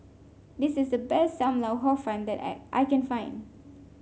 this is the best Sam Lau Hor Fun that I I can find